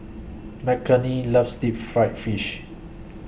Mckenna loves Deep Fried Fish